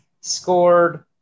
scored